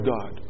God